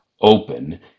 open